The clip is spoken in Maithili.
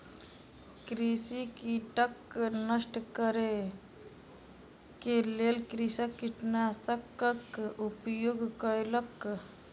कृषि कीटक नष्ट करै के लेल कृषक कीटनाशकक उपयोग कयलक